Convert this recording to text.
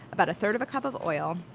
about a third of a cup of oil,